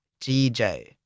GJ